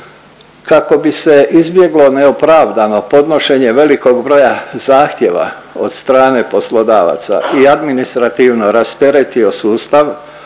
Kako bi se izbjeglo neopravdano podnošenje velikog broja zahtjeva od strane poslodavaca i administrativno rasteretio sustav,